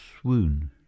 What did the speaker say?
swoon